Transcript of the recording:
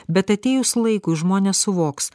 bet atėjus laikui žmonės suvoks